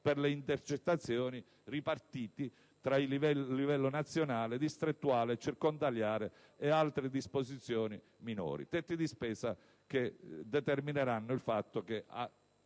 per le intercettazioni ripartiti tra il livello nazionale, distrettuale e circondariale e altre disposizioni minori. Questi tetti di spesa determineranno il fatto che